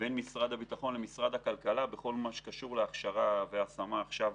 בין משרד הביטחון למשרד הכלכלה בכל מה שקשור בהכשרה והשמה עכשיו